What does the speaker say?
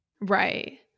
Right